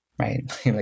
right